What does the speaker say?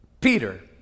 Peter